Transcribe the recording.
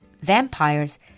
vampires